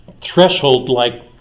threshold-like